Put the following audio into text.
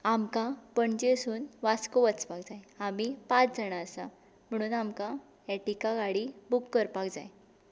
आमकां पणजेसून वास्को वचपाक जाय आमी पांच जाणां आसा म्हुणून आमकां एटिका गाडी बूक करपाक जाय